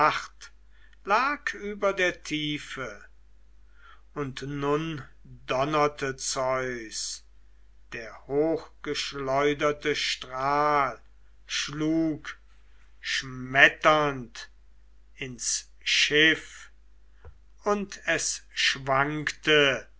lag über der tiefe und nun donnerte zeus der hochgeschleuderte strahl schlug schmetternd ins schiff und es schwankte